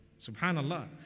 Subhanallah